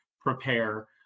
Prepare